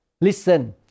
listen